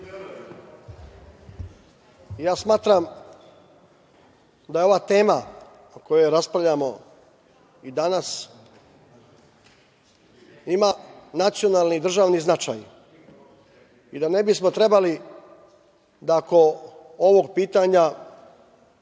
Smatram da je ova tema o kojoj raspravljamo i danas, ima nacionalni i državni značaj i da ne bismo trebali da oko ovog pitanja